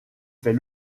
fait